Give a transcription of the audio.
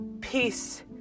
peace